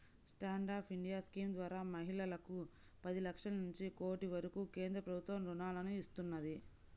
stand up India scheme ద్వారా మహిళలకు పది లక్షల నుంచి కోటి వరకు కేంద్ర ప్రభుత్వం రుణాలను ఇస్తున్నది